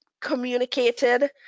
communicated